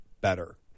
better